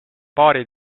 paari